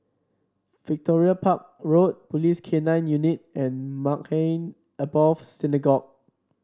Victoria Park Road Police K Nine Unit and Maghain Aboth Synagogue